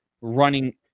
running